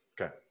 Okay